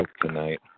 tonight